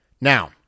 Now